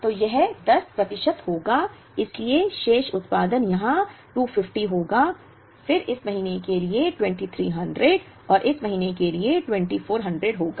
तो यह 10 प्रतिशत होगा इसलिए शेष उत्पादन यहां 250 होगा फिर इस महीने के लिए 2300 और इस महीने के लिए 2400 होगा